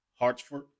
Hartsford